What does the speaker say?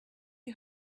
you